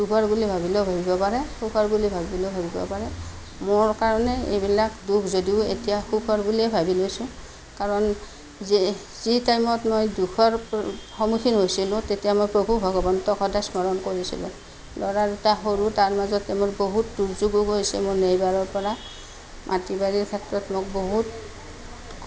দুখৰ বুলি ভাবিলেও ভাবিব পাৰে সুখৰ বুলি ভাবিলেও ভাবিব পাৰে মোৰ কাৰণে এইবিলাক দুখ যদিও এতিয়া সুখৰ বুলিয়ে ভাৱি লৈছোঁ কাৰণ যি টাইমত মই দুখৰ সন্মুখীন হৈছিলোঁ তেতিয়া প্ৰভু ভগৱন্তক সদায় স্মৰণ কৰিছিলোঁ ল'ৰাকেইটা সৰু তাৰ মাজতে মোৰ বহুত দুৰ্যোগো গৈছে মোৰ নেবাৰৰ পৰা মাটি বাৰীৰ ক্ষেত্ৰত মোক বহুত